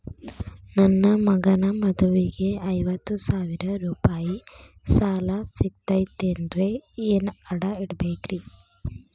ನನ್ನ ಮಗನ ಮದುವಿಗೆ ಐವತ್ತು ಸಾವಿರ ರೂಪಾಯಿ ಸಾಲ ಸಿಗತೈತೇನ್ರೇ ಏನ್ ಅಡ ಇಡಬೇಕ್ರಿ?